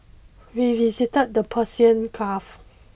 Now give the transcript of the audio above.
we visited the Persian Gulf